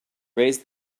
raise